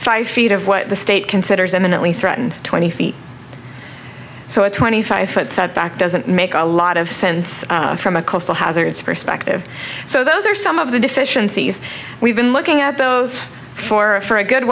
five feet of what the state considers imminently threatened twenty feet so a twenty five foot setback doesn't make a lot of sense from a coastal hazards perspective so those are some of the deficiencies we've been looking at those for for a good